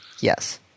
Yes